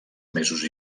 mesos